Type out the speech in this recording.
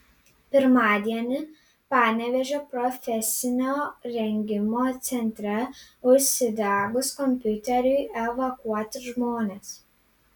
pirmadienį panevėžio profesinio rengimo centre užsidegus kompiuteriui evakuoti žmonės